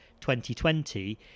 2020